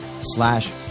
slash